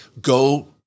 Go